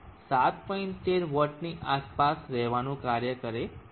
13W ની આસપાસ રહેવાનું કામ કરે છે